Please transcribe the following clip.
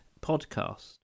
podcast